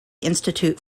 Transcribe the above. institute